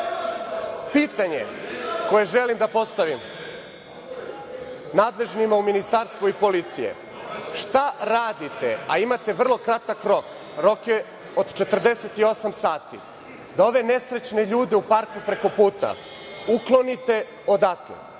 žive. Pitanje koje želim da postavim nadležnima u Ministarstvu policije, šta radite, a imate vrlo kratak rok, a rok je od 48 sati, da ove nesrećne ljude u parku preko puta, uklonite odatle